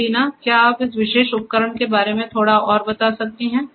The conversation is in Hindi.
तो दीना क्या आप इस विशेष उपकरण के बारे में थोड़ा और बता सकती हैं